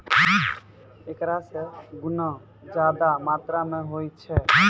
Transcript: एकरा मे गुना ज्यादा मात्रा मे होय छै